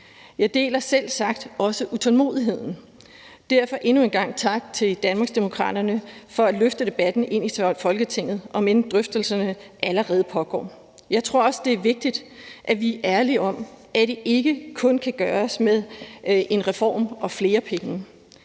Jeg deler selvsagt også utålmodigheden. Derfor siger jeg endnu en gang tak til Danmarksdemokraterne for at løfte debatten ind i Folketinget, om end drøftelserne allerede pågår. Jeg tror også, det er vigtigt, at vi er ærlige om, at det ikke kun kan gøres med en reform og flere penge.